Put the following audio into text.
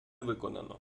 виконано